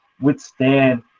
withstand